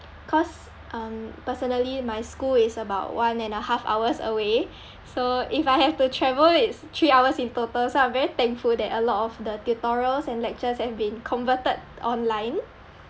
cause um personally my school is about one and a half hours away so if I have to travel it's three hours in total so I'm very thankful that a lot of the tutorials and lectures have been converted online